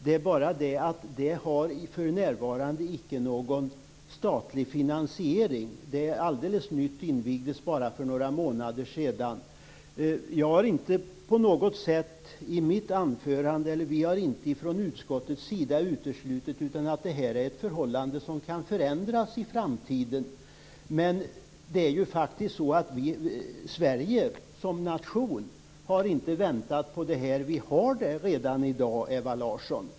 Men det har för närvarande inte någon statlig finansiering. Det är alldeles nytt och invigdes bara för några månader sedan. Jag har inte på något sätt i mitt anförande uteslutit, och det har inte utskottet gjort heller, att det här är ett förhållande som kan förändras i framtiden. Men Sverige som nation har inte väntat på det här. Vi har det redan i dag, Ewa Larsson.